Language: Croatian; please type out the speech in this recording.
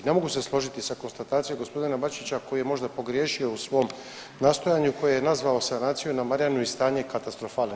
I ne mogu se složiti sa konstatacijom gospodina Bačića koji je možda pogriješio u svom nastojanju koje je nazvao sanaciju na Marjanu i stanje katastrofalno.